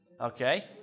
Okay